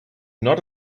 not